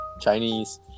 Chinese